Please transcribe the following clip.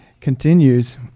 Continues